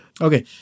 Okay